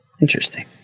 Interesting